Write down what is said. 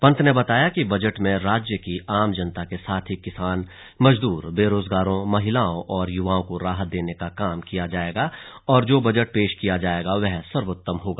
पंत ने बताया कि बजट में राज्य की आम जनता के साथ ही किसान मजदूर बेरोजगारों महिलाओ और युवाओ को राहत देने का काम किया जायेगा और जो बजट पेश किया जायेगा वह सर्वोत्तम होगा